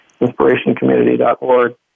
inspirationcommunity.org